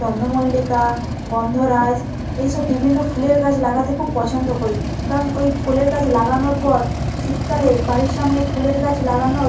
চন্দমল্লিকা গন্ধরাজ এই সব বিভিন্ন ফুলের গাছ লাগাতে খুব পছন্দ করি কারণ ওই ফুলের গাছ লাগানোর পর শীতকালে বাড়ির সামনে ফুলের গাছ লাগানোর